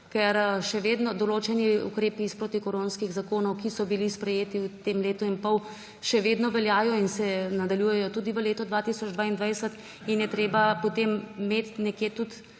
ker določeni ukrepi iz protikoronskih zakonov, ki so bili sprejeti v tem letu in pol, še vedno veljajo in se nadaljujejo tudi v leto 2022. Treba je potem imeti nekje tudi